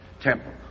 temple